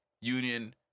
union